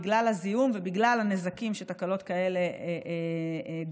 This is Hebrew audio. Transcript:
בגלל הזיהום ובגלל הנזקים שתקלות כאלה גורמות